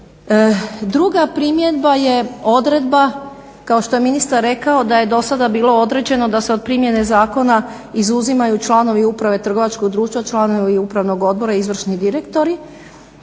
Druga primjedba je odredba, kao što je ministar rekao da je do sada bilo određeno da se od primjene zakona izuzimaju članovi uprave trgovačkog društva, članovi upravnog odbora, izvršni direktori